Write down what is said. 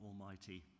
Almighty